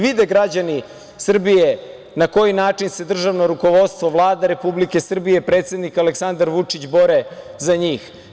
Vide građani Srbije na koji način se državno rukovodstvo, Vlada Republike Srbije, predsednik Aleksandar Vučić bore za njih.